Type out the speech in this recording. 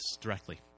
directly